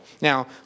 Now